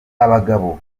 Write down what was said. abagabo